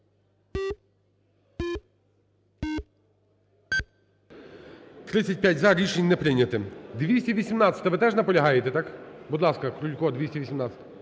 За-35 Рішення не прийняте. 218-а. Ви теж наполягаєте, так? Будь ласка, Крулько, 218-а.